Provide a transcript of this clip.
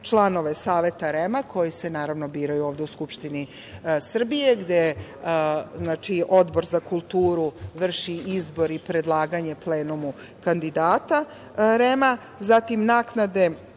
članove Saveta REM-a, koji se, naravno, biraju ovde u Skupštini Srbije, gde Odbor za kulturu vrši izbor i predlaganje plenumu kandidata REM-a, zatim, naknade